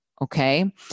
Okay